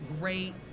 great